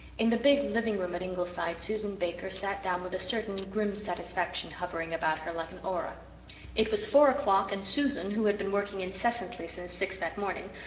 in the big living-room at ingleside susan baker sat down with a certain grim satisfaction hovering about her like an aura it was four o'clock and susan, who had been working incessantly since six that morning,